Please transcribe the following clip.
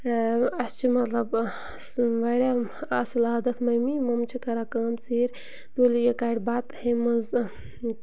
اَسہِ چھُ مطلب واریاہ اَصٕل عادَت مٔمی مُمہٕ چھےٚ کران کٲم ژیٖرۍ تُلۍ یہِ کَڑِ بَتہٕ ہُمہِ منٛز